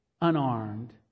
unarmed